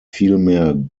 vielmehr